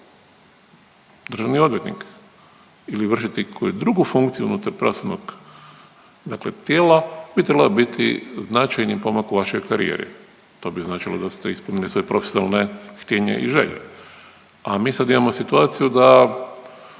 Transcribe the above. Državni odvjetnik ili vršiti koju drugu funkciju unutar pravosudnog dakle tijela, bi trebala biti značajni pomak u vašoj karijeri. To bi značilo da ste ispunili svoja profesionalne htjenje i želje. A mi sad imamo situaciju da